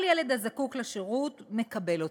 כל ילד הזקוק לשירות מקבל אותו.